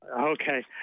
Okay